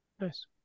Nice